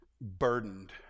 burdened